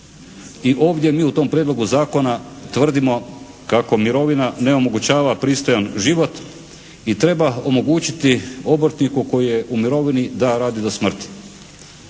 i ovdje mi u tom Prijedlogu zakona tvrdimo kako mirovina ne omogućava pristojan život i treba omogućiti obrtniku koji je u mirovini da radi do smrti.